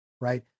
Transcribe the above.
right